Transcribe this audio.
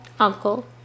Uncle